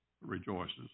rejoices